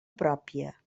pròpia